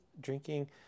drinking